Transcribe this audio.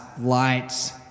lights